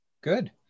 Good